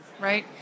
Right